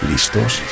¿Listos